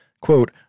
quote